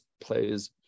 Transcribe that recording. plays